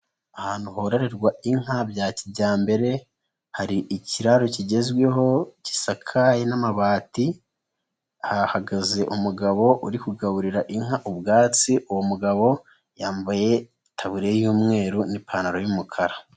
Ahantu horerwa inka bya kijyambere, hari ikiraro kigezweho, gisakaye n'amabati, hahagaze umugabo uri kugaburira inka ubwatsi, uwo mugabo yambaye itaburiya y'umweru n'ipantaro y'umukara.